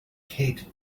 kate